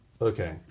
Okay